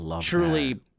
truly